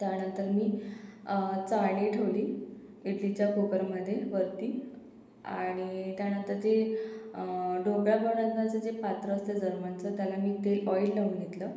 त्यानंतर मी चाळणी ठेवली इडलीच्या कुकरमध्ये वरती आणि त्यानंतर ते ढोकळा बनवण्याचं जे पात्र असतं जर्मनचं त्याला मी तेल ऑइल लावून घेतलं